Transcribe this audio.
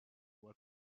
were